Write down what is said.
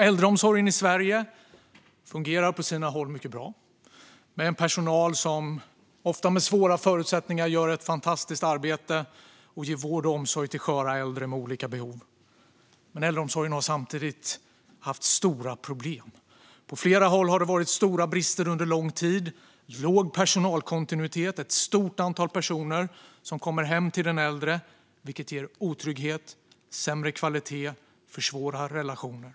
Äldreomsorgen i Sverige fungerar på sina håll mycket bra med personal som, ofta under svåra förutsättningar, gör ett fantastiskt arbete och ger vård och omsorg till sköra äldre med olika behov. Men äldreomsorgen har samtidigt haft stora problem. På flera håll har det under lång tid funnits stora brister. Det är låg personalkontinuitet. Ett stort antal personer kommer hem till den äldre, vilket ger otrygghet och sämre kvalitet och försvårar relationer.